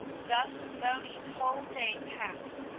thus moni's whole day passed.